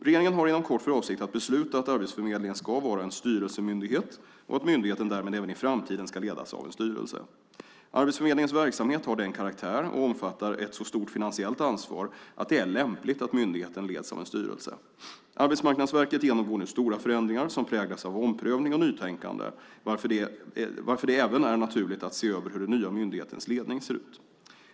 Regeringen har inom kort för avsikt att besluta att Arbetsförmedlingen ska vara en styrelsemyndighet och att myndigheten därmed även i framtiden ska ledas av en styrelse. Arbetsförmedlingens verksamhet har den karaktär, och omfattar ett så stort finansiellt ansvar, att det är lämpligt att myndigheten leds av en styrelse. Arbetsmarknadsverket genomgår nu stora förändringar som präglas av omprövning och nytänkande, varför det även är naturligt att se över hur den nya myndighetens ledning ser ut.